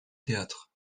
theatre